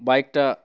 বাইকটা